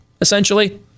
essentially